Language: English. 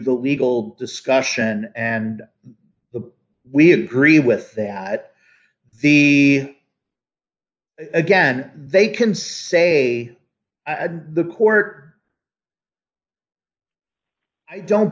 the legal discussion and we agree with that the again they can say at the court i don't